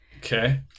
Okay